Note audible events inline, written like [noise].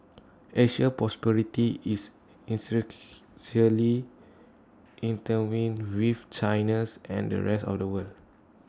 Asia's prosperity is [unintelligible] intertwined with China's and the rest of the world